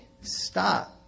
Stop